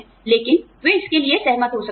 लेकिन वे इसके लिए सहमत हो सकते हैं